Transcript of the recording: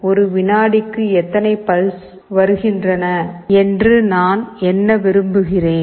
ஒரு விநாடிக்கு எத்தனை பல்ஸ் வருகின்றன என்று நான் எண்ண விரும்புகிறேன்